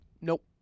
Nope